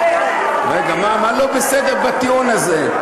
רגע, מה לא בסדר בטיעון הזה?